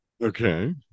Okay